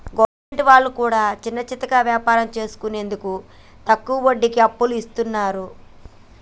government వాళ్లు కూడా చిన్నాచితక వ్యాపారం చేసుకునేందుకు తక్కువ వడ్డీకి అప్పు ఇస్తున్నరు